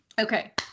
okay